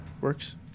Works